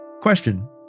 Question